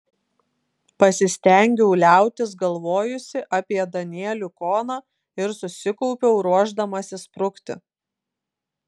pasistengiau liautis galvojusi apie danielių koną ir susikaupiau ruošdamasi sprukti